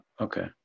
okay